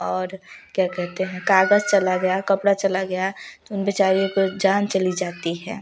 और क्या कहते हैं कागज़ चला गया कपड़ा चला गया तो उन बेचारियों को जान चली जाती है